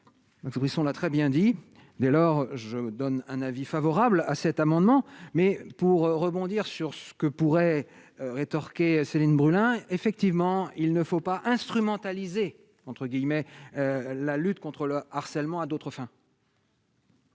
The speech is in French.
Max Brisson l'a très bien dit, dès lors, je donne un avis favorable à cet amendement, mais pour rebondir sur ce que pourrait rétorquer Céline Brulin, oui, effectivement, il ne faut pas instrumentaliser, entre guillemets, la lutte contre le harcèlement à d'autres fins.